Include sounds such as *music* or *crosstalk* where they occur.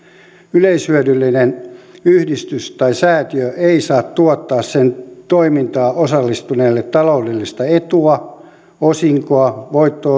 yleishyödyllinen yhdistys tai säätiö ei saa tuottaa sen toimintaan osallistuneelle taloudellista etua osinkoa voitto *unintelligible*